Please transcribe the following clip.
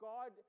God